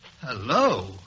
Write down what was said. Hello